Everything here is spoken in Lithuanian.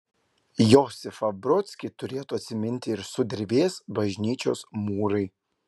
josifą brodskį turėtų atsiminti ir sudervės bažnyčios mūrai